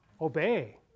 obey